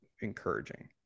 encouraging